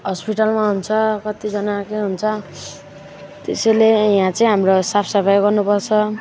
हस्पिटलमा हुन्छ कतिजना के हुन्छ त्यसैले यहाँ चाहिँ हाम्रो साफ सफाइ गर्नु पर्छ